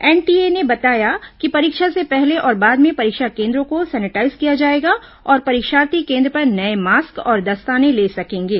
NTA ने बताया कि परीक्षा से पहले और बाद में परीक्षा केन्द्रों को सैनिटाइज किया जायेगा और परीक्षार्थी केन्द्र पर नये मास्क और दस्ताने ले सकेंगे